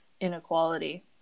inequality